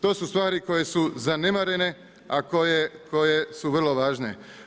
To su stvari koje su zanemarene, a koje su vrlo važne.